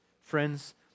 Friends